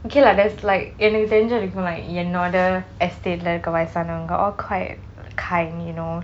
okay lah there's like எனக்கு தெரிஞ்ச வரைக்கும் என்னுடைய:enakku therinja varaikum ennudaiya estate லே இருக்கிற வயசானவங்க:lei irukkira vayasanavanka all quite kind you know